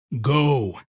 Go